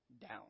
down